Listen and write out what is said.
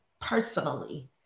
personally